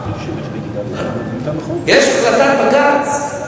יש החלטת בג"ץ,